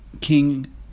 king